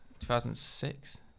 2006